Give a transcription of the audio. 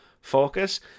focus